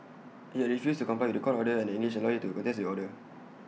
IT had refused to comply with The Court order and engaged A lawyer to contest the order